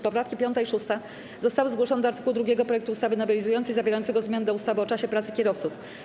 Poprawki 5. i 6. zostały zgłoszone do art. 2 projektu ustawy nowelizującej zawierającego zmiany do ustawy o czasie pracy kierowców.